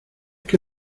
que